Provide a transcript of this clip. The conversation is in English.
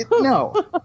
No